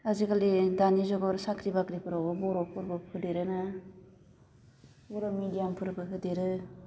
आजिखालि दानि जुगआव साख्रि बाख्रिफोरावबो बर'फोरबो हेदेरो ना बर' मेडियामफोरबो होदेरो